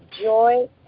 joy